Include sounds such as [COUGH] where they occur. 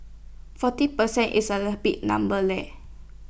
forty percent is A [UNINTELLIGIBLE] big number leh